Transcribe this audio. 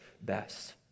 best